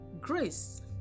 grace